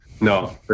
No